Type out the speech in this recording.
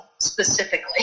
specifically